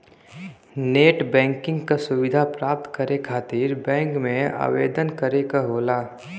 net banking क सुविधा प्राप्त करे खातिर बैंक में आवेदन करे क होला